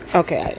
okay